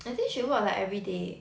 I think she work like everyday